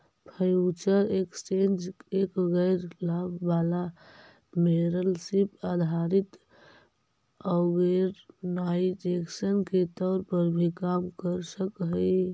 future exchange एक गैर लाभ वाला मेंबरशिप आधारित ऑर्गेनाइजेशन के तौर पर भी काम कर सकऽ हइ